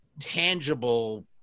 tangible